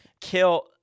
kill